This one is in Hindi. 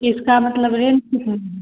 इसका मतलब रेंट भी कम है